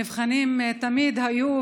מבחנים תמיד היו,